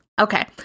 Okay